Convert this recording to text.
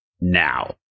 now